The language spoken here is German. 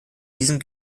diesem